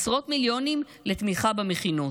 עשרות מיליונים לתמיכה במכינות,